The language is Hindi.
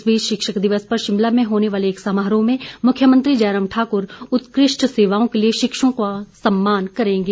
इस बीच शिक्षक दिवस पर शिमला में होने वाले एक समारोह में मुख्यमंत्री जयराम ठाकुर उत्कृष्ठ सेवाओं के लिए शिक्षकों का सम्मान करेंगे